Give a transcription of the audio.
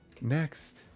Next